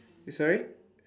err sorry